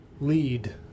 lead